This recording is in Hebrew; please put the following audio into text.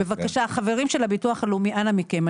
החברים בביטוח הלאומי אנא מכם,